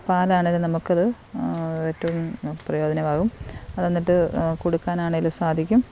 ആ പാലാണെൽ നമുക്കത് ഏറ്റവും പ്രയോജനമാകും അത് എന്നിട്ട് കൊടുക്കാനാണെലും സാധിക്കും